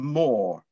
more